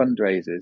fundraisers